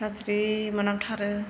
गाज्रि मोनामथारो